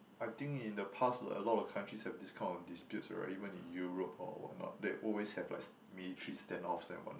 I think in the past like a lot of countries have this kind of disputes already when in Europe or what not they always have like military stand offs and what not